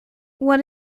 what